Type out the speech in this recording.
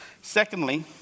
Secondly